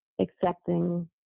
accepting